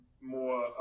more